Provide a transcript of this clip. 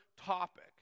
topic